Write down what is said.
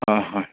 ꯍꯣꯏ ꯍꯣꯏ